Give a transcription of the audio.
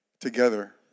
together